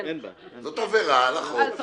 זו עבירה על החוק,